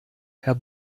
herr